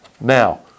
Now